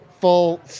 full